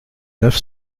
neuf